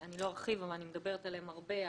שאני לא ארחיב אבל אני מדברת עליהם הרבה,